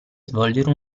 svolgere